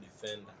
defender